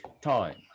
time